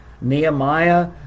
Nehemiah